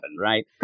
right